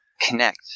connect